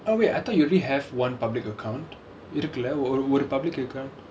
oh wait I thought you already have one public account இருக்குல்ல:irukkulla public account